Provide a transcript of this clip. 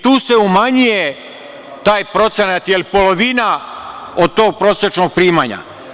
Tu se umanjuje taj procenat je li polovina od tog prosečnog primanja.